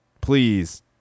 please